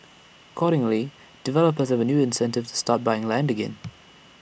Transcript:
accordingly developers have A new incentive to start buying land again